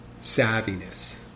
savviness